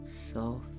Soft